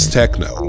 techno